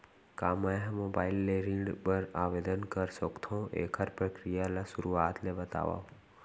का मैं ह मोबाइल ले ऋण बर आवेदन कर सकथो, एखर प्रक्रिया ला शुरुआत ले बतावव?